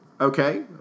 Okay